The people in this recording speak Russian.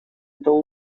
это